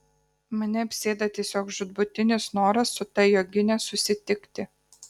mane apsėda tiesiog žūtbūtinis noras su ta jogine susitikti